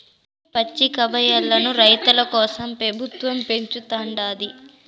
పచ్చికబయల్లను రైతుల కోసరం పెబుత్వం పెంచుతుండాది